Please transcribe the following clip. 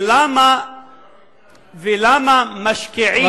ולמה משקיעים,